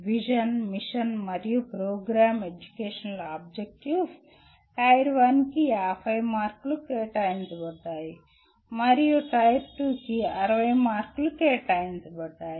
vision mission మరియు programme educational objectives tier 1 కి 50 మార్కులు కేటాయించబడ్డాయి మరియు టైర్ 2 కి 60 మార్కులు కేటాయించబడ్డాయి